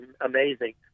amazing